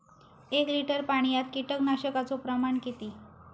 एक लिटर पाणयात कीटकनाशकाचो प्रमाण किती?